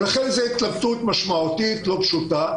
לכן, זאת התלבטות משמעותית ולא פשוטה.